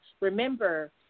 Remember